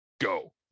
go